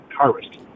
harvest